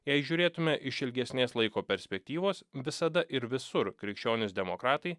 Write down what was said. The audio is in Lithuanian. jei žiūrėtumėme iš ilgesnės laiko perspektyvos visada ir visur krikščionys demokratai